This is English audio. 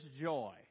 joy